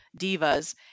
divas